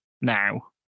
now